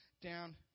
down